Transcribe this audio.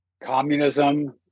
communism